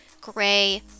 gray